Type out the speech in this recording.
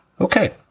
Okay